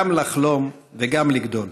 גם לחלום וגם לגדול".